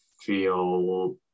feel